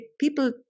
people